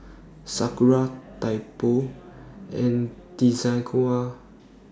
Sakura Typo and Desigual